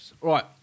Right